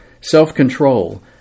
self-control